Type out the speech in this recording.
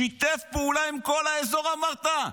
שיתף פעולה עם כל האזור, אמרת?